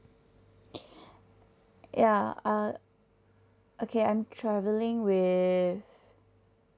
ya uh okay I'm travelling with